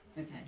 Okay